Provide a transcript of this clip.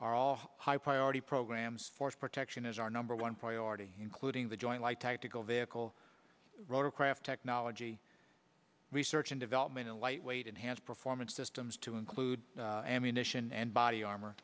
our all high priority programs force protection is our number one priority including the joint light tactical vehicle rotorcraft technology research and development of lightweight enhanced performance systems to include ammunition and body armor